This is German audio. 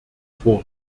vor